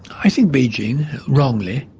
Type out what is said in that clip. i think beijing wrongly,